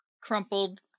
crumpled